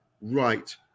right